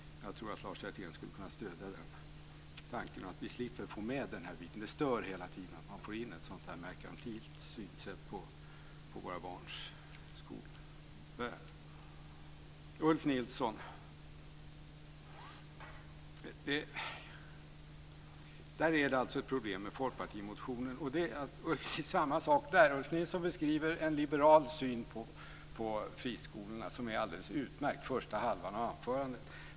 Jag tror att Lars Hjertén skulle kunna stödja tanken på att slippa få med den här biten. Det stör ju hela tiden att man får in ett sådant här merkantilt synsätt på våra barns skolvärld. På samma sätt är det med folkpartimotionen. Ulf Nilsson beskriver en liberal syn på friskolorna som är alldeles utmärkt. Det gäller första halvan av anförandet.